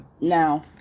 Now